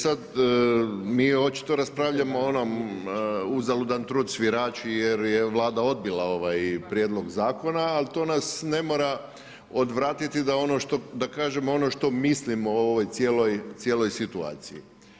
Sad mi očito raspravljamo o mi onom, uzalud vam trud svirači jer je Vlada odbila ovaj prijedlog zakona, ali to nas ne mora odvratiti da kažemo ono što mislimo o ovoj cijeloj situaciji.